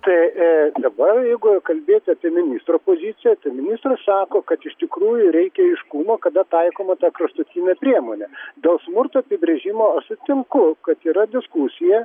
tai dabar jeigu kalbėti apie ministro poziciją ministras sako kad iš tikrųjų reikia aiškumo kada taikoma ta kraštutinė priemonė dėl smurto apibrėžimo aš sutinku kad yra diskusija